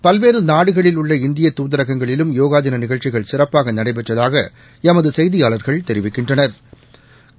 பல்வேறு நாடுகளில் உள்ள இந்திய தூதரகங்களிலும் யோகா தின நிகழ்ச்சிகள் சிறப்பாக நடைபெற்றதாக எமது செய்தியாளா்கள் தெரிவிக்கின்றனா்